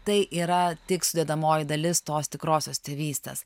tai yra tik sudedamoji dalis tos tikrosios tėvystės